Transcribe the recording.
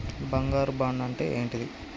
బంగారు బాండు అంటే ఏంటిది?